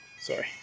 Sorry